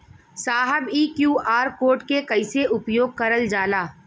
साहब इ QR code के कइसे उपयोग करल जाला?